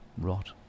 Rot